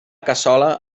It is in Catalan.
cassola